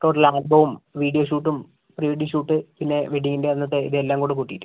total ആൽബവും video ഷൂട്ടും prewed shoot പിന്നെ വെഡ്ഡിംഗിന്റെ അന്നത്തെ വീഡിയോ എല്ലാം കൂടെ കൂട്ടീട്ട്